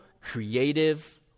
creative